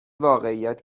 واقعیت